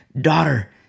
daughter